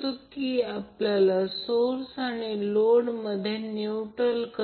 ते लिडिंग आहे म्हणून यासह 360° जोडा म्हणजे 360 240 21